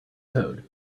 code